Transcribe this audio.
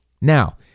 Now